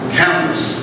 countless